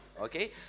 okay